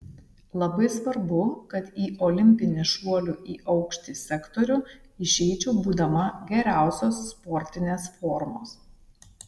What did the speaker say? labai svarbu kad į olimpinį šuolių į aukštį sektorių išeičiau būdama geriausios sportinės formos